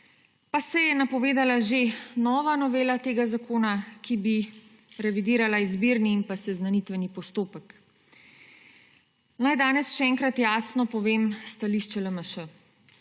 pa se je napovedala že nova novela tega zakona, ki bi revidirala izbirni in seznanitveni postopek. Naj danes še enkrat jasno povem stališče LMŠ: